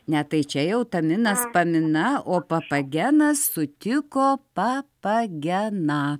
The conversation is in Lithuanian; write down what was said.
ne tai čia jau taminas pamina o papagenas sutiko pa pa geną